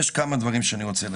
יש כמה דברים שאני רוצה להגיד.